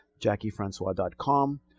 JackieFrancois.com